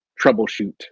troubleshoot